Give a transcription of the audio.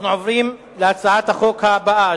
אנחנו עוברים להצעת החוק הבאה,